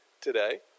today